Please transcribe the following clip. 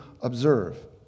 observe